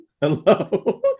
hello